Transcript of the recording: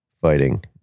fighting